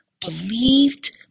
Believed